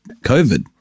COVID